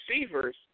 receivers